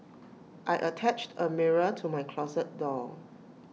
I attached A mirror to my closet door